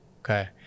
Okay